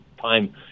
time